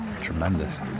tremendous